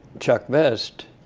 chuck vest